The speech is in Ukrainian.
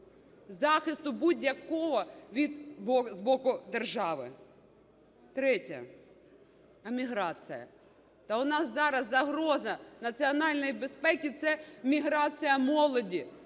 захисту будь-якого з боку держави. Третє: еміграція. Та у нас зараз загроза національній безпеці – це міграція молоді,